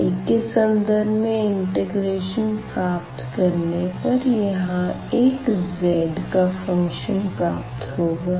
y के संदर्भ में इंटीग्रेशन प्राप्त करने पर यहाँ एक z का फ़ंक्शन प्राप्त होगा